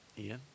Ian